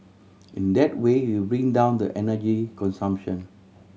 in that way we bring down the energy consumption